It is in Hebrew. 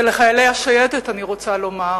ולחיילי השייטת אני רוצה לומר: